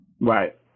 Right